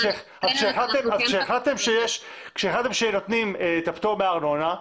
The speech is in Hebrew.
כשהחלטתם שנותנים את הפטור מארנונה,